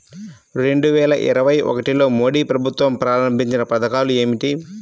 రెండు వేల ఇరవై ఒకటిలో మోడీ ప్రభుత్వం ప్రారంభించిన పథకాలు ఏమిటీ?